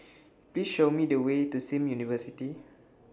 Please Show Me The Way to SIM University